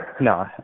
no